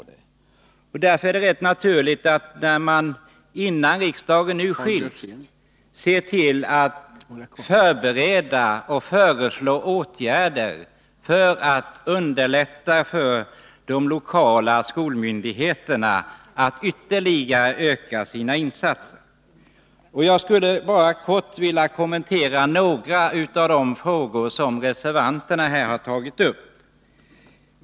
Det är därför naturligt att innan riksdagen skils se till att åtgärder vidtas som underlättar för de lokala skolmyndigheterna att ytterligare öka sina insatser. Jag skulle kortfattat vilja kommentera några av de frågor som reservanterna tagit upp.